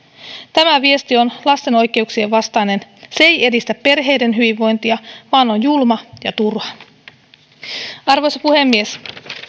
tämä viesti on lasten oikeuksien vastainen se ei edistä perheiden hyvinvointia vaan on julma ja turha arvoisa puhemies